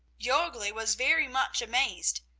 jorgli was very much amazed.